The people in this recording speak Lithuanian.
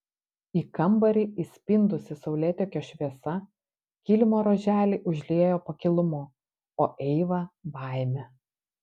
į kambarį įspindusi saulėtekio šviesa kilimo ruoželį užliejo pakilumu o eivą baime